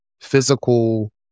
physical